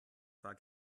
war